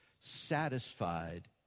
satisfied